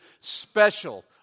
special